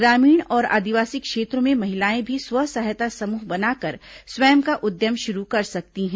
ग्रामीण और आदिवासी क्षेत्रों में महिलाएं भी स्व सहायता समूह बनाकर स्वयं का उद्यम शुरू कर सकती हैं